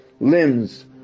limbs